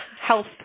health